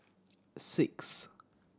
six